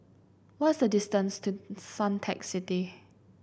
what is the distance to Suntec City